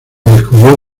descubrió